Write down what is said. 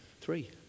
Three